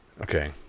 Okay